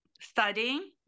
studying